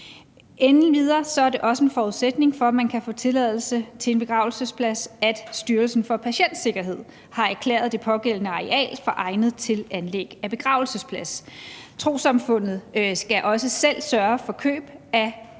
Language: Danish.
er endvidere også en forudsætning, for at man kan få tilladelse til en begravelsesplads, at Styrelsen for Patientsikkerhed har erklæret det pågældende areal for egnet til anlæg af begravelsesplads. Trossamfundet skal også selv sørge for køb af